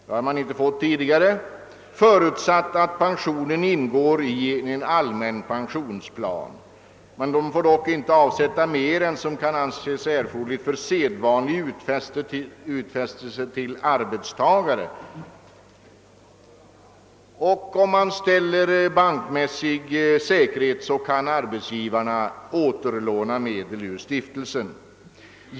Det har man inte fått tidigare. En förutsättning är att pensionen ingår i en allmän pensionsplan. Man få dock inte avsätta mer än som kan anses erforderligt för sedvanlig utfästelse till arbetstagare. Om man ställer bankmässig säkerhet kan arbetsgivaren återlåna medel ur stiftelsen.